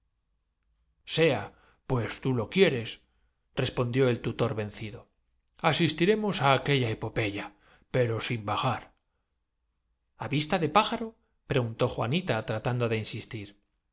sea pues tú lo quieresrespondió el tutor venci biesen resultado oriundas de la argelia do asistiremos á aquella epopeya pero sin bajar poco á pocoobjetó don sindulfo se están us a vista de pájaro preguntó juanita tratando tedes enterneciendo prematuramente recapaciten de insistir